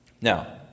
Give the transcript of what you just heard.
Now